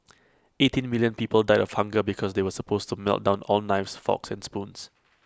eighteen million people died of hunger because they were supposed to melt down all knives forks and spoons